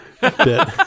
bit